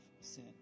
sin